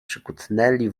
przykucnęli